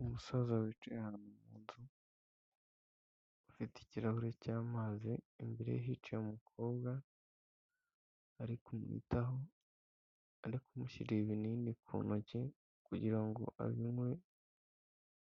Umusaza wicaye mu nzu afite ikirahure cy'amazi imbere ye hicaye umukobwa ari kumwitaho, ari kumushyirira ibinini ku ntoki kugira ngo abinywe,